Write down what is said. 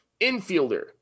infielder